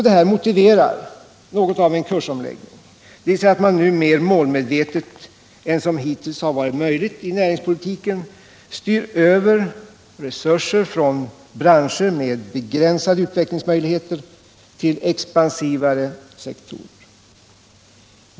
Detta motiverar något av en kursomläggning, dvs. att man nu mer målmedvetet än vad som hittills har varit möjligt i näringspolitiken styr över resurser från branscher med begränsade utvecklingsmöjligheter till expansivare sektorer.